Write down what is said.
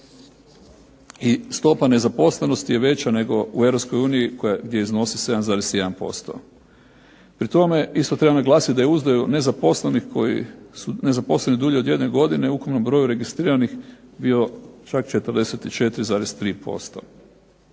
I stopa nezaposlenosti je veća nego u Europskoj uniji gdje iznosi 7,1%. Pri tome isto treba naglasiti da je .../Govornik se ne razumije./... nezaposlenih koji, nezaposleni dulje od jedne godine u ukupnom broju registriranih bio čak 44,3%.